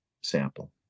sample